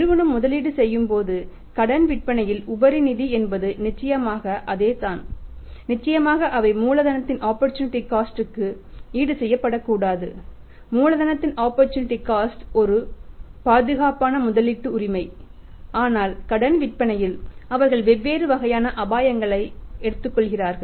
நிறுவனம் முதலீடு செய்யும் போது கடன் விற்பனையில் உபரி நிதி என்பது நிச்சயமாக அதேதான் நிச்சயமாக அவை மூலதனத்தின் ஆப்பர்சூனிட்டி காஸ்ட் ஒரு பாதுகாப்பான முதலீட்டு உரிமை ஆனால் கடன் விற்பனையில் அவர்கள் வெவ்வேறு வகையான அபாயங்களை எடுத்துக்கொள்கிறார்கள்